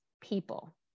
people